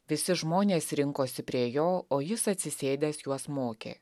visi žmonės rinkosi prie jo o jis atsisėdęs juos mokė